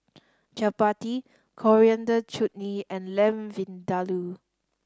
Chapati Coriander Chutney and Lamb Vindaloo